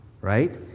right